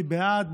מי בעד?